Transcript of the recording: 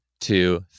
two